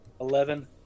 Eleven